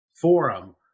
forum